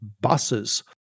buses